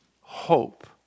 hope